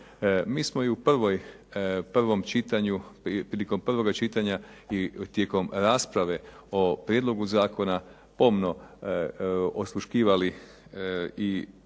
Mi smo i u prvom čitanju prilikom prvog čitanja i tijekom rasprave o prijedlogu zakona pomno osluškivali i